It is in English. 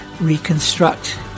reconstruct